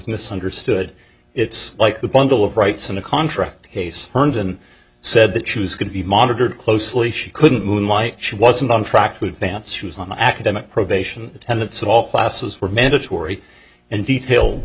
misunderstood it's like the bundle of rights in a contract case herndon said that she was could be monitored closely she couldn't moonlight she wasn't on track to advance she was on academic probation attendance of all classes were mandatory and detail